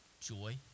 joy